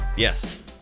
Yes